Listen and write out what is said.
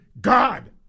God